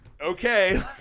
Okay